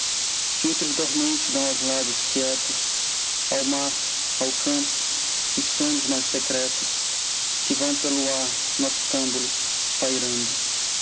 filtros dormentes dão aos lagos quietos ao mar ao campo os sonhos mais secretos que vão pelo ar noctâmbulos pairando